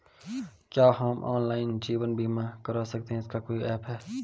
क्या हम ऑनलाइन जीवन बीमा करवा सकते हैं इसका कोई ऐप है?